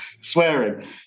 swearing